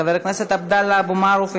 חבר הכנסת עבדאללה אבו מערוף,